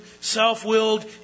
self-willed